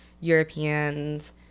Europeans